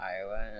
Iowa